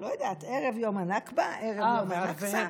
לא יודעת, יום הנכבה, ערב הנכסה.